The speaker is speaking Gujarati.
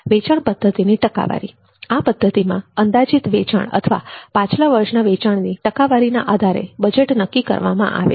વેચાણ પદ્ધતિની ટકાવારી આ પદ્ધતિમાં અંદાજિત વેચાણ અથવા પાછલા વર્ષના વેચાણની ટકાવારીના આધારે બજેટ નક્કી કરવામાં આવે છે